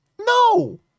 No